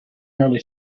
early